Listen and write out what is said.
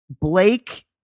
blake